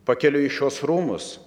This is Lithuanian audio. pakeliui į šiuos rūmus